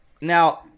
Now